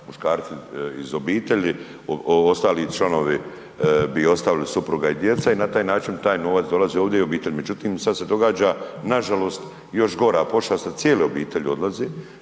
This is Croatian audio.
muškarci iz obitelji, ostali članovi bi ostali i supruga i djeca na taj način taj novac dolazi ovdje i u obitelj. Međutim, sada se događa nažalost još gora pošast, sada cijele obitelji odlaze